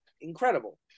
incredible